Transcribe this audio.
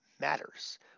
matters